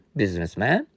businessman